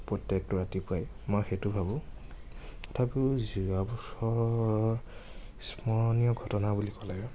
প্ৰত্য়েকটো ৰাতিপুৱাই মই সেইটো ভাবোঁ তথাপিও যোৱা বছৰৰ স্মৰণীয় ঘটনা বুলি ক'লে